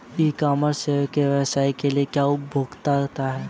ई commerce के व्यवसाय के लिए क्या उपयोगिता है?